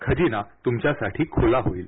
खजिना तृमच्यासाठी खुला होईल